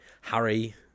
Harry